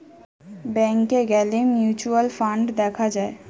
ব্যাংকে গ্যালে mutual fund দেখা যায়